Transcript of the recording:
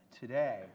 today